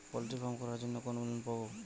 Poultry farm করার জন্য কোন লোন পাব?